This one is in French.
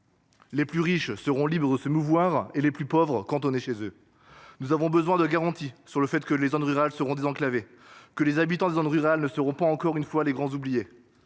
Les pluss riches seront libres de se mouvoir et les plus pauvres cantonnés chez eux. nous avons besoin de garanties sur le fait que les zones rurales seront dés enclavées, que les habitants des zones ne seront pas encore une fois les grands oubliés